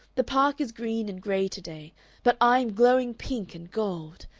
the park is green and gray to-day, but i am glowing pink and gold.